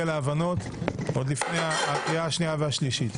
להבנות עוד לפני הקריאה השנייה והשלישית.